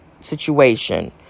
situation